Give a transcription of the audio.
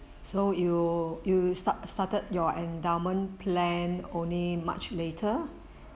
so you you start started your endowment plan only much later